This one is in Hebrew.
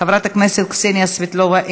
חברת הכנסת קסניה סבטלובה,